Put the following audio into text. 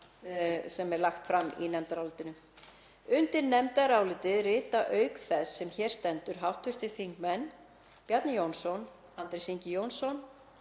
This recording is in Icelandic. sem eru lagðar fram í nefndarálitinu. Undir nefndarálitið rita, auk þeirrar sem hér stendur, hv. þingmenn Bjarni Jónsson, Andrés Ingi Jónsson,